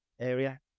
area